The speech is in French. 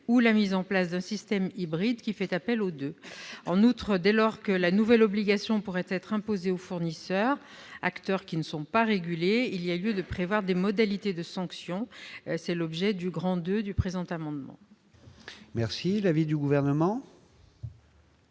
; la mise en place d'un système hybride, faisant appel aux uns et aux autres. En outre, dès lors que la nouvelle obligation pourrait être imposée aux fournisseurs, acteurs qui ne sont pas régulés, il y a lieu de prévoir des modalités de sanction. Tel est l'objet du II du présent amendement. Quel est l'avis du Gouvernement ?